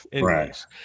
Right